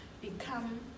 become